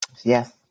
Yes